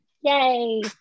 Yay